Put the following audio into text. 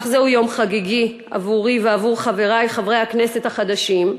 אך זהו יום חגיגי עבורי ועבור חברי חברי הכנסת החדשים,